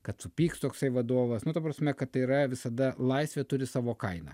kad supyks toksai vadovas nu ta prasme kad yra visada laisvė turi savo kainą